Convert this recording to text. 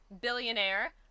Billionaire